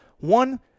One